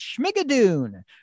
Schmigadoon